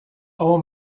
our